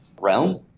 realm